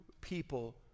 people